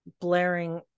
blaring